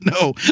no